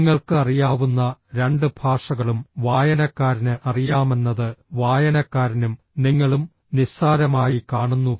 നിങ്ങൾക്ക് അറിയാവുന്ന രണ്ട് ഭാഷകളും വായനക്കാരന് അറിയാമെന്നത് വായനക്കാരനും നിങ്ങളും നിസ്സാരമായി കാണുന്നു